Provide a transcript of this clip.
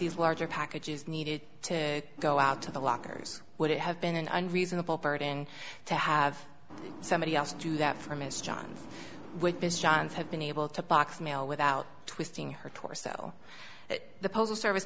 these larger packages needed to go out to the lockers would it have been an unreasonable burden to have somebody else do that for ms johns with his johns have been able to box mail without twisting her torso that the postal service